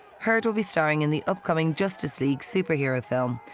heard will be starring in the upcoming justice league superhero film,